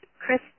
Chris